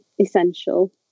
essential